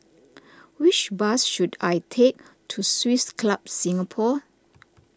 which bus should I take to Swiss Club Singapore